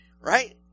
Right